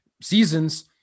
seasons